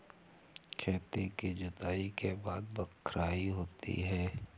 खेती की जुताई के बाद बख्राई होती हैं?